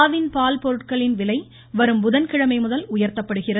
ஆவின் பால் பொருட்களின் விலை வரும் புதன்கிழமை முதல் உயர்த்தப்படுகிறது